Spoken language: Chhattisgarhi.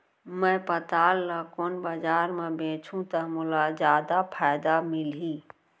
मैं पताल ल कोन बजार म बेचहुँ त मोला जादा फायदा मिलही?